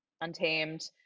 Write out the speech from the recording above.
Untamed